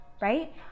right